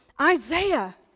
Isaiah